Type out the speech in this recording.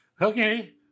okay